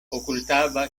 ocultaba